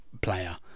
player